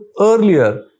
earlier